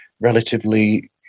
relatively